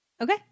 Okay